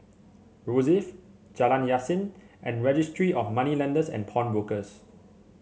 Rosyth Jalan Yasin and Registry of Moneylenders and Pawnbrokers